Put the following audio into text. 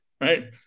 right